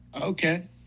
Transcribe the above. okay